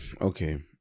Okay